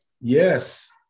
Yes